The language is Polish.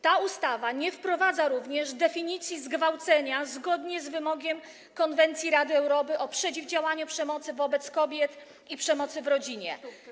Ta ustawa nie wprowadza również definicji zgwałcenia zgodnie z wymogiem konwencji Rady Europy o przeciwdziałaniu przemocy wobec kobiet i przemocy w rodzinie.